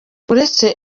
uretse